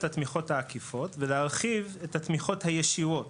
התמיכות העקיפות ולהרחיב את התמיכות הישירות.